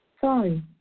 Sorry